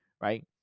right